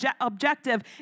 objective